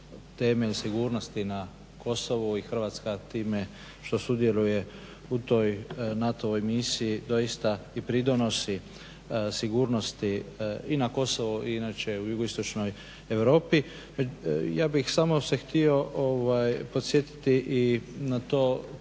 temelj sigurnosti na Kosovu i Hrvatska time što sudjeluje u toj NATO-ovoj misiji doista i pridonosi sigurnosti i na Kosovu i inače u jugoistočnoj Europi. Ja bih samo se htio podsjetiti i na to koliko